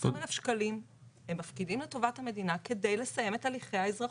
20,000 שקלים הם מפקידים לטובת המדינה כדי לסיים את הליכי האזרחות.